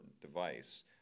device